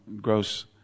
gross